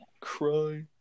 Cry